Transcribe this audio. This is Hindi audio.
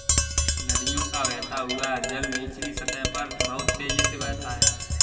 नदियों का बहता हुआ जल निचली सतह पर बहुत तेजी से बहता है